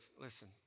listen